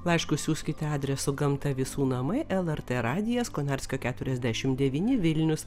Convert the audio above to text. laiškus siųskite adresu gamta visų namai el er tė radijas konarskio keturiasdešimt devyni vilnius